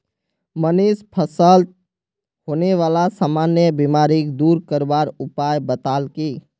मनीष फलत होने बाला सामान्य बीमारिक दूर करवार उपाय बताल की